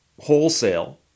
wholesale